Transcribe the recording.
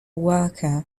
worker